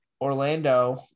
Orlando